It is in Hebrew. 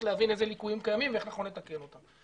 להבין איזה ליקויים קיימים ואיך נכון לתקן אותם.